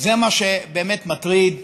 זה מה שבאמת מטריד,